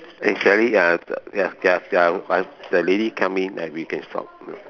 eh the lady come in and we can stop